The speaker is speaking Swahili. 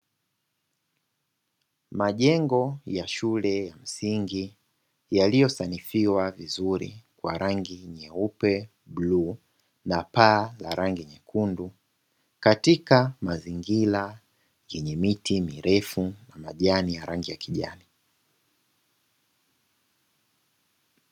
Majengo ya shule ya msingi yaliyo sanifiwa vizuri kwa rangi nyeupe, bluu na paa la rangi nyekundu, katika mazingira yenye miti mirefu na majani ya rangi ya kijani.